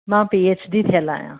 मां P H D थियलु आहियां